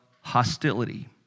hostility